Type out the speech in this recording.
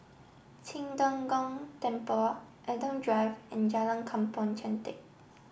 Qing De Gong Temple Adam Drive and Jalan Kampong Chantek